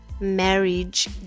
Marriage